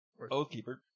Oathkeeper